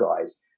guys